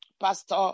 Pastor